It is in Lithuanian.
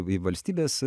į valstybės